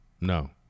no